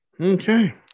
Okay